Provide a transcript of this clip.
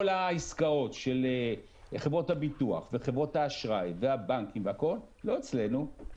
כל העסקאות של חברות הביטוח וחברות האשראי והבנקים לא אצלנו.